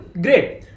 Great